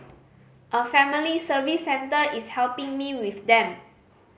a Family Service Centre is helping me with them